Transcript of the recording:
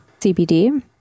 CBD